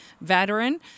veteran